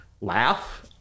laugh